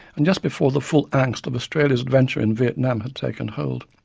and just before the full angst of australia's adventure in vietnam had taken hold.